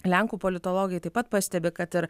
lenkų politologai taip pat pastebi kad ir